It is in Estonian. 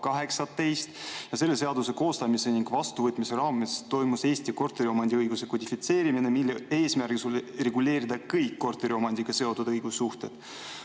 2018 ja selle seaduse koostamise ning vastuvõtmise raames toimus Eesti korteriomandiõiguse kodifitseerimine, mille eesmärk oli reguleerida kõik korteriomandiga seotud õigussuhted.